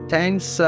Thanks